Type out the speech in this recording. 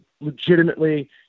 legitimately